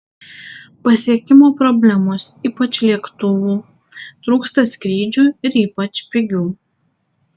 pasiekimo problemos ypač lėktuvų trūksta skrydžių ir ypač pigių